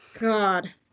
God